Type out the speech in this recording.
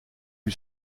lui